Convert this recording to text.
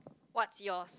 what's yours